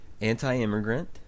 anti-immigrant